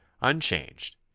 unchanged